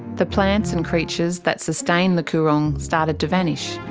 the plants and creatures that sustain the coorong started to vanish.